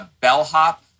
bellhop